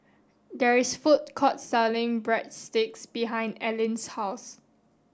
there is a food court selling Breadsticks behind Allyn's house